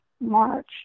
March